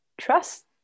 trust